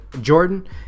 Jordan